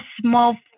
small